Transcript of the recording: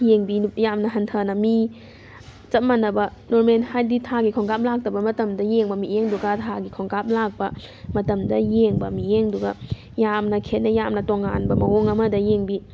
ꯌꯦꯡꯕꯤ ꯌꯥꯝꯅ ꯍꯟꯊꯅ ꯃꯤ ꯆꯞ ꯃꯥꯅꯕ ꯅꯣꯔꯃꯦꯜ ꯍꯥꯏꯗꯤ ꯊꯥꯒꯤ ꯈꯣꯡꯀꯥꯞ ꯂꯥꯛꯇꯕ ꯃꯇꯝꯗ ꯌꯦꯡꯕ ꯃꯤꯠꯌꯦꯡꯗꯨꯒ ꯊꯥꯒꯤ ꯈꯣꯡꯀꯥꯞ ꯂꯥꯛꯄ ꯃꯇꯝꯗ ꯌꯦꯡꯕ ꯃꯤꯠꯌꯦꯡꯗꯨꯒ ꯌꯥꯝꯅ ꯈꯦꯠꯅꯩ ꯌꯥꯝꯅ ꯇꯣꯉꯥꯟꯕ ꯃꯑꯣꯡ ꯑꯃꯗ ꯌꯦꯡꯕꯤ